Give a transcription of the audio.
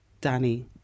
Danny